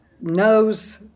knows